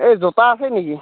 এই জোতা আছে নেকি